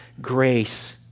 grace